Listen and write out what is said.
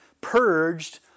purged